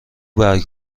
برگ